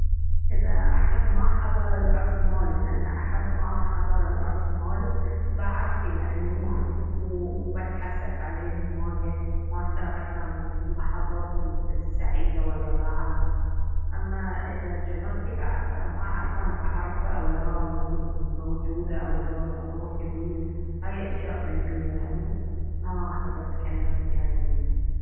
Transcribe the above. إذا احد ما حضر العرس مالي لأنه احد ما حضر العرس مالي بعرف يعني و وبتحسف عليه ما يه ما شاركنا اللحظات السعيدة ويا بعض اما إذا جنازتي بعد ما اعرف انا بعرف او لا بكون موجودة او لا روحي وين هاي اشياء غيبية يعني ما احب اتكلم فيها الحين